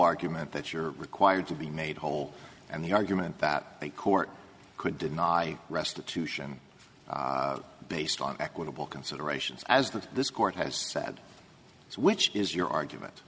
argument that you're required to be made whole and the argument that the court could deny restitution based on equitable considerations as that this court has said is which is your argument